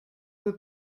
were